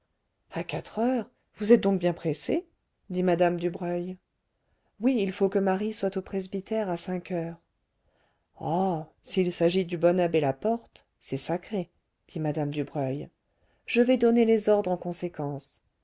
à quatre heures vous êtes donc bien pressée dit mme dubreuil oui il faut que marie soit au presbytère à cinq heures oh s'il s'agit du bon abbé laporte c'est sacré dit mme dubreuil je vais donner les ordres en conséquence